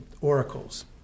oracles